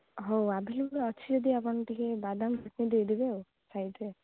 ହଉ ଆଭେଲେବୁଲ୍ ଅଛି ଯଦି ଆପଣ ଟିକିଏ ବାଦାମ ଚଟଣୀ ଦେଇଦେବେ ଆଉ ସାଇଡ଼ରେ